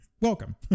welcome